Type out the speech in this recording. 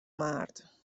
مرد